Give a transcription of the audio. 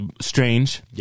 Strange